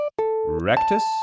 Rectus